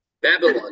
Babylon